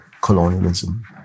colonialism